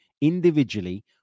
individually